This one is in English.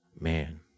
man